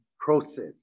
process